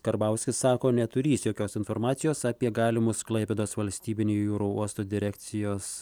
karbauskis sako neturys jokios informacijos apie galimus klaipėdos valstybinio jūrų uosto direkcijos